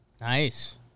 Nice